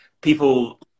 people